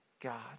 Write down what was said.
God